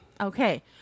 Okay